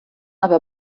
aber